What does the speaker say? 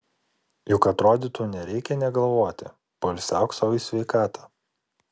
juk atrodytų nereikia nė galvoti poilsiauk sau į sveikatą